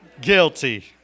guilty